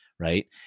Right